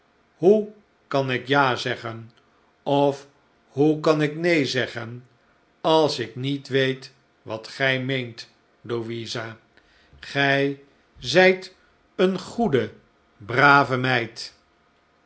hoe kan ik ja zeggen of hoe kan ik neen zeggen als ik niet weet wat gij meent louisa gij zijt eene guede brave meid